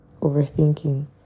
overthinking